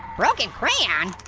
broken crayon?